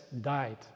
died